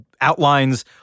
outlines